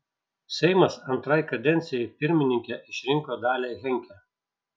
seimas antrai kadencijai pirmininke išrinko dalią henke